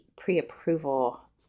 pre-approval